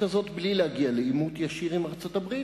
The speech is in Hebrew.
הזאת בלי להגיע לעימות ישיר עם ארצות-הברית,